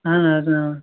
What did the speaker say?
اَہَن حظ